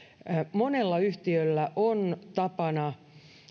monella yhtiöllä on tapana